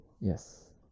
yes